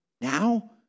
now